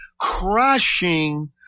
crushing